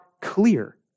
clear